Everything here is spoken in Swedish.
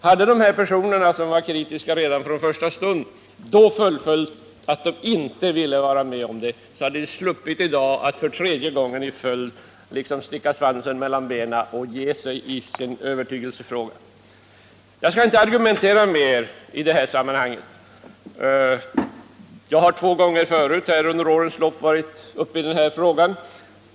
Hade dessa personer, som var kritiska redan från första stund, fullföljt sina försök att förhindra det som de inte ville vara med om, så hade de i dag sluppit att för tredje gången sticka svansen mellan benen och ge sig i sin övertygelse. Jag skall inte argumentera mera i detta sammanhang. Under årens lopp har jag två gånger förut varit uppe i denna fråga.